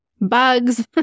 bugs